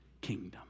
kingdom